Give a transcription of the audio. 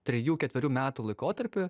trejų ketverių metų laikotarpį